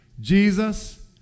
Jesus